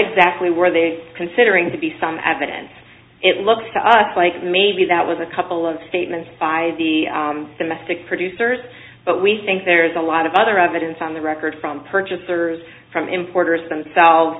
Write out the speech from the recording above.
exactly were they considering to be some evidence it looks to us like maybe that was a couple of statements by the domestic producers but we think there's a lot of other evidence on the record from purchasers from importers themselves